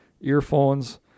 earphones